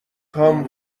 هام